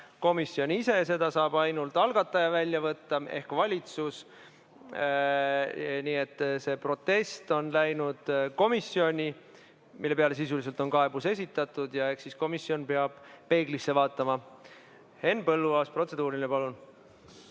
komisjon ise, seda saab välja võtta ainult algataja ehk valitsus. Nii et see protest on läinud komisjoni, mille peale sisuliselt on kaebus esitatud, ja eks siis komisjon peab peeglisse vaatama. Henn Põlluaas, protseduuriline, palun!